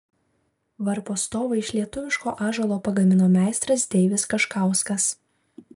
varpo stovą iš lietuviško ąžuolo pagamino meistras deivis kaškauskas